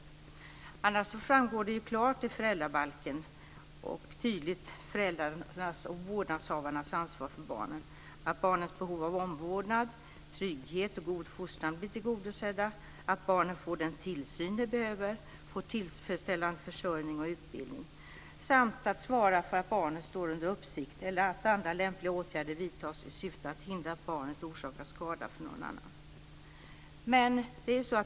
Annars framgår föräldrarnas och vårdnadshavarnas ansvar för barnen klart och tydligt i föräldrabalken - att se till att barnens behov av omvårdnad, trygghet och god fostran blir tillgodosedda, att barnen får den tillsyn de behöver, får tillfredsställande försörjning och utbildning samt att svara för att barnen står under uppsikt eller att andra lämpliga åtgärder vidtas i syfte att hindra att barnet orsakar skada för någon annan.